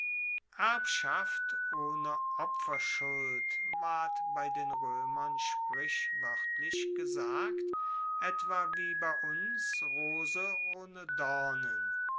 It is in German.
erbschaft ohne opferschuld ward bei den roemern sprichwoertlich gesagt etwa wie bei uns rose ohne dornen